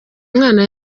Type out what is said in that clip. mwana